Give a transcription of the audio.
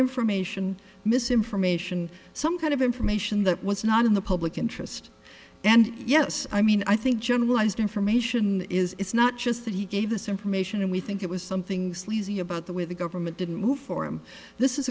information misinformation some kind of information that was not in the public interest and yes i mean i think generalized information is it's not just that he gave this information and we think it was something sleazy about the way the government didn't move for him this is